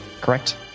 correct